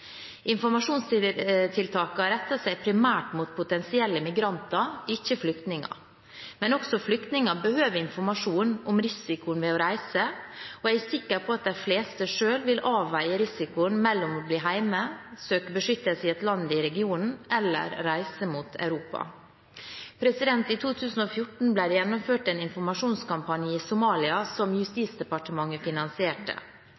retter seg primært mot potensielle migranter, ikke flyktninger. Men også flyktninger behøver informasjon om risikoen ved å reise, og jeg er sikker på at de fleste selv vil avveie risikoen mellom å bli hjemme, søke beskyttelse i et land i regionen og å reise mot Europa. I 2014 ble det gjennomført en informasjonskampanje i Somalia som